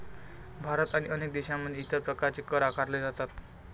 भारत आणि अनेक देशांमध्ये इतर प्रकारचे कर आकारले जातात